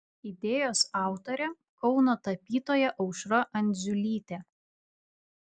idėjos autorė kauno tapytoja aušra andziulytė